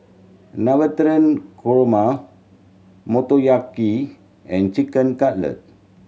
Navratan Korma Motoyaki and Chicken Cutlet